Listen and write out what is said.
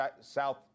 South